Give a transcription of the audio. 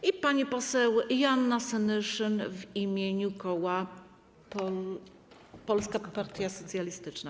I pani poseł Joanna Senyszyn w imieniu koła Polska Partia Socjalistyczna.